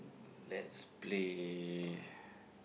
let's play